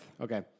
Okay